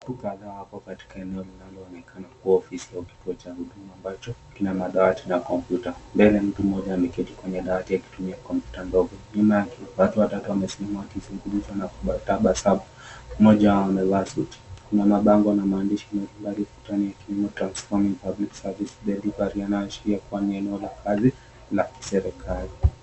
Watu kadhaa wako katika eneo linaloonekana kuwa ofisi au kituo cha huduma ambacho kina madawati na kompyuta. Mbele mtu mmoja ameketi kwenye dawati akitumia kompyuta ndogo, nyuma yake watu watatu wamesimama wakizungumza na kutabasamu, mmoja wao amevaa suti. Kuna mabango na maandishi kwenye kibali ukutani yakiwemo " Transforming public service delivery" yanayoashiria kuwa ni eneo la kazi la kiserikali.